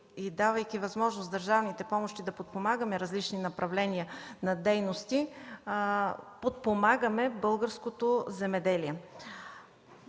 и давайки възможност с държавните помощи да подпомагаме различни направления на дейности, подпомагаме българското земеделие.